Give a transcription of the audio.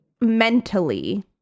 mentally